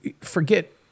forget